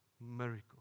miracle